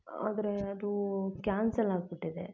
ಆದರೆ ಅದು ಕ್ಯಾನ್ಸಲ್ ಆಗಿಬಿಟ್ಟಿದೆ